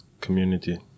community